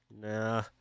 Nah